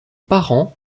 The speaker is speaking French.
parent